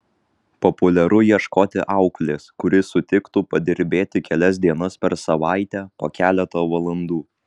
populiaru ieškoti auklės kuri sutiktų padirbėti kelias dienas per savaitę po keletą valandų